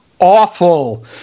Awful